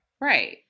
Right